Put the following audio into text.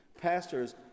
Pastors